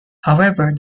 however